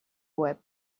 web